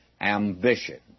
ambition